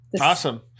Awesome